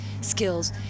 skills